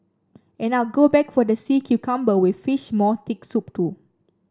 and I'll go back for the sea cucumber with fish maw thick soup too